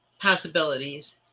possibilities